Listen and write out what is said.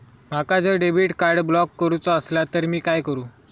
माका जर debit card block करूचा असला तर मी काय करू?